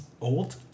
old